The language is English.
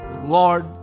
Lord